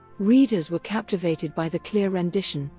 readers were captivated by the clear rendition,